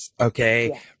okay